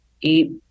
eat